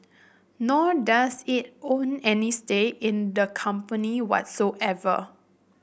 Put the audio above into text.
nor does it own any stake in the company whatsoever